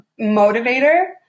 motivator